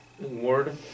word